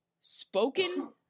spoken